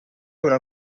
una